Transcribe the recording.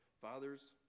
fathers